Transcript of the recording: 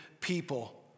people